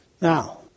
Now